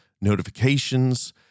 notifications